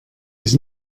his